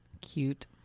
Cute